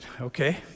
okay